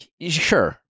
sure